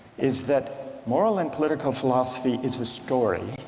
is that moral and political philosophy is a story